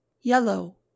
yellow